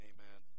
Amen